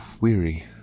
weary